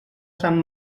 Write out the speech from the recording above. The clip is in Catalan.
sant